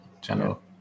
General